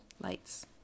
lights